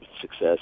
success